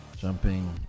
jumping